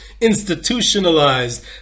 institutionalized